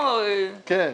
כן.